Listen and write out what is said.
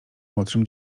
młodszym